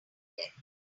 death